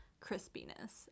crispiness